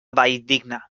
valldigna